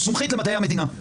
מומחית למדעי המדינה.